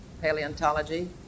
paleontology